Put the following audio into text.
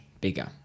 bigger